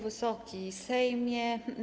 Wysoki Sejmie!